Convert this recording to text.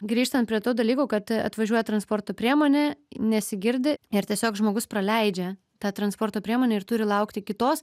grįžtant prie to dalyko kad atvažiuoja transporto priemonė nesigirdi ir tiesiog žmogus praleidžia tą transporto priemonę ir turi laukti kitos